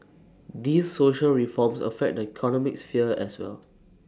these social reforms affect the economic sphere as well